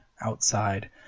outside